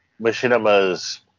Machinima's